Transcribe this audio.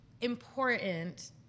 important